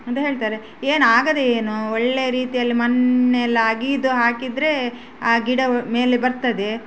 ಅಂತ ಹೇಳ್ತಾರೆ ಏನು ಆಗಿ ಏನು ಒಳ್ಳೆ ರೀತಿಯಲ್ಲಿ ಮಣ್ಣೆಲ್ಲ ಅಗೆದು ಹಾಕಿದರೆ ಆ ಗಿಡವು ಮೇಲೆ ಬರ್ತದೆ